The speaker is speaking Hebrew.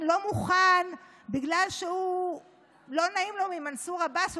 לא מוכן בגלל שלא נעים לו ממנסור עבאס,